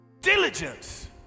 Diligence